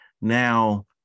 now